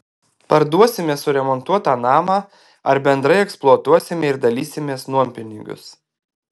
parduosime suremontuotą namą ar bendrai eksploatuosime ir dalysimės nuompinigius